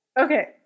Okay